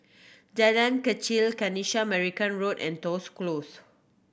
Jalan Kechil Kanisha Marican Road and Toh Close